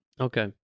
Okay